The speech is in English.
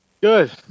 Good